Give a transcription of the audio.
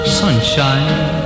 sunshine